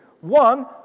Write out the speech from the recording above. One